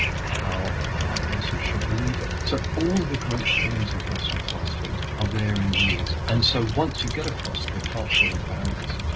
how a person should live. so all the great things of western philosophy are there in the east, and so once you get across the cultural barriers,